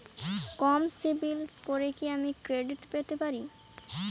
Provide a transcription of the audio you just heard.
কম সিবিল স্কোরে কি আমি ক্রেডিট পেতে পারি?